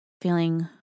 Feeling